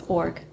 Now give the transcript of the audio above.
org